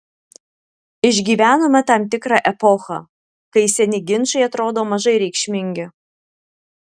išgyvenome tam tikrą epochą kai seni ginčai atrodo mažai reikšmingi